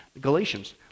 Galatians